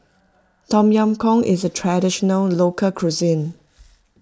Tom Yam Goong is a Traditional Local Cuisine